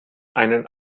einen